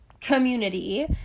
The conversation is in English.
community